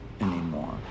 anymore